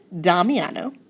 Damiano